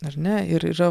ar ne ir yra